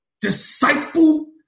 Disciple